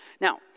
Now